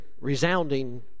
resounding